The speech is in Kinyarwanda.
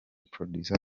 producer